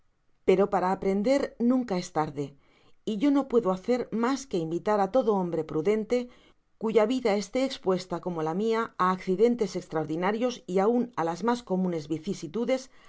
examinaba actualmente pero'para'aprender uunca es tarde y yo no puedo hacer mas que invitar á todo hombre prudente cuya vida esté espüesta como la mia á accidentes estraordinarios y aun á las mas comunes vicisitudes á